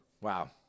Wow